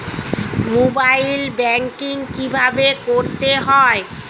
Mobile banking কীভাবে করতে হয়?